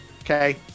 Okay